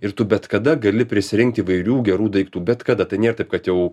ir tu bet kada gali prisirinkt įvairių gerų daiktų bet kada tai nėr taip kad jau